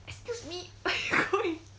excuse me go away